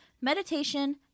meditation